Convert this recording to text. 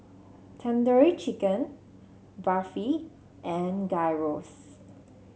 Tandoori Chicken Barfi and Gyros